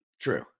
true